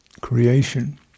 creation